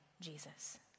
Jesus